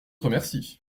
remercie